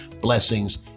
blessings